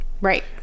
Right